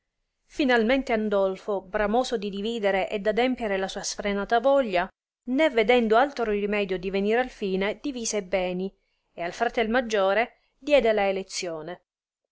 finalmente andolfo bramoso di dividere e d'adempire la sua sfrenata voglia né vedendo altro rimedio di venir al fine divise e beni e al fratel maggiore diede la elezione